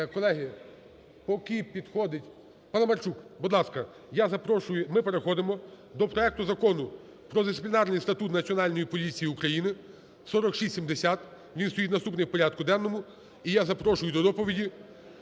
Колеги, поки підходить... Паламарчук, будь ласка, я запрошую. Ми переходимо до проект Закону про Дисциплінарний статут Національної поліції України (4670), він стоїть наступний у порядку денному. І я запрошую до доповіді